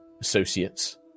associates